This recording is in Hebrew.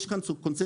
יש כאן קונצנזוס,